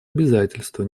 обязательство